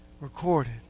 recorded